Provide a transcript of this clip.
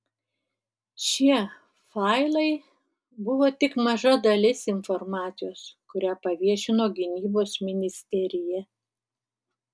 šie failai buvo tik maža dalis informacijos kurią paviešino gynybos ministerija